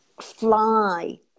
fly